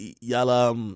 y'all